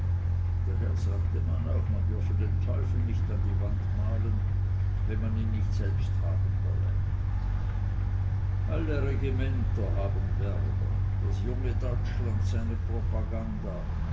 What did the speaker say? daher sagte man auch man dürfe den teufel nicht an die wand malen wenn man ihn nicht selbst haben wolle alle regimenter haben werber das junge deutschland seine propaganda